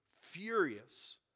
furious